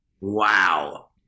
Wow